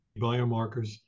biomarkers